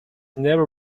never